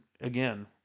again